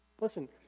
listen